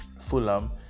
Fulham